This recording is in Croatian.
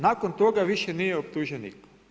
Nakon toga više nije optužen nitko.